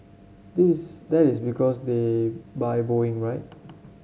this that is because they buy Boeing right